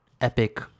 epic